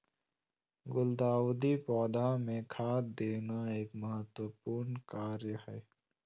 गुलदाऊदी पौधा मे खाद देना एक महत्वपूर्ण कार्य हई